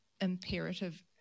imperative